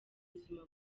ubuzima